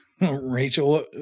Rachel